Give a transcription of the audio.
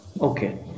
Okay